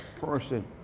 person